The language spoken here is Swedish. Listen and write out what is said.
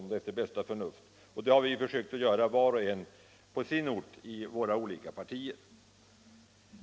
Det har vi försökt göra var och en på sin ort i våra olika partier.